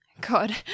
God